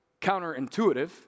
counterintuitive